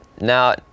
now